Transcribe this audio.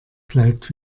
bleibt